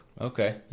Okay